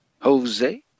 Jose